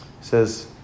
says